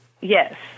Yes